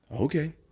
Okay